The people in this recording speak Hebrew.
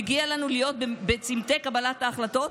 מגיע לנו להיות בצומתי קבלת ההחלטות,